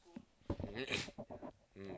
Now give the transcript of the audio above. mm